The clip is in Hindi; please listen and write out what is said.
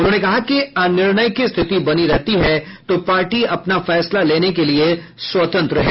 उन्होंने कहा कि अनिर्णय की स्थिति बनी रहती है तो पार्टी अपना फैसला लेने के लिये स्वतंत्र है